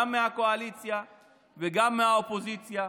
גם מהקואליציה וגם מהאופוזיציה,